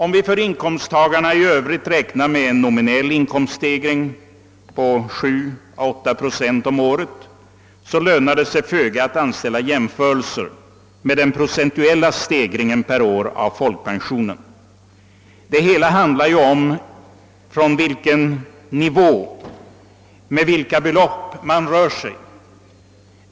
Om vi för inkomsttagarna i övrigt räknar med en nominell inkomststegring på 7 å 8 procent om året, finner vi att det lönar sig föga att anställa jämförelser med den procentuella stegringen per år av folkpensionen. Det hela beror ju på från vilken nivå man utgår, d. v. s. med vilka belopp man rör sig.